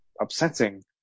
upsetting